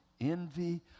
envy